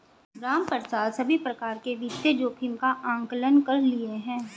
रामप्रसाद सभी प्रकार के वित्तीय जोखिम का आंकलन कर लिए है